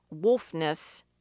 wolfness